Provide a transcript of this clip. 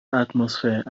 atmosphere